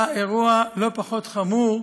היה אירוע לא פחות חמור,